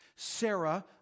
Sarah